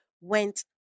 went